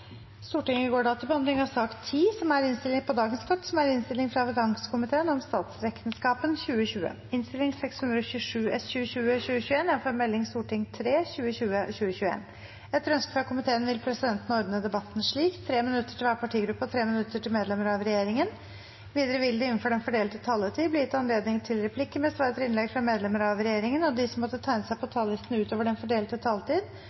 til hver partigruppe og 3 minutter til medlemer av regjeringen. Videre vil det – innenfor den fordelte taletid – bli gitt anledning til replikker med svar etter innlegg fra medlemmer av regjeringen, og de som måtte tegne seg på talerlisten utover den fordelte taletid, får en taletid på inntil 3 minutter. Ingen har bedt om ordet. 15 minutter er i overkant mye, og det